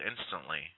instantly